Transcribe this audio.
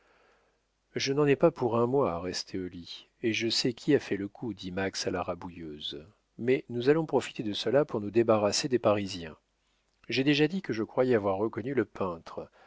je n'en ai pas pour un mois à rester au lit et je sais qui a fait le coup dit max à la rabouilleuse mais nous allons profiter de cela pour nous débarrasser des parisiens j'ai déjà dit que je croyais avoir reconnu le peintre